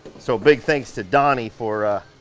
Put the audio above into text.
so big thanks to donnie for